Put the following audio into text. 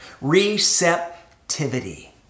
Receptivity